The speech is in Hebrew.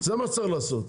זה מה שצריך לעשות,